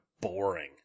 boring